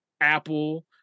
Apple